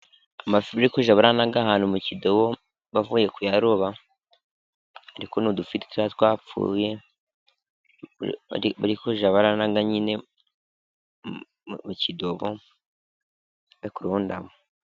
Amafi bari kujya banaga ahantu mu kidobo bavuye kuyaroba, ariko ni udufi ditoya twapfuye, bari kujya banaga nyine mu kidobo, bari kurundamo.